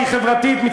שהיא חברתית,